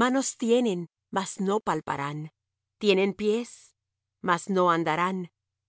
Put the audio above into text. manos tienen mas no palparán tienen pies mas no andarán